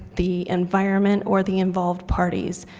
the environment or the involved parties.